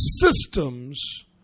systems